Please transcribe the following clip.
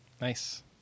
Nice